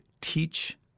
teach